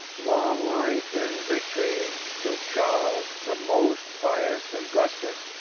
long life and victory to charles, the most pious augustus,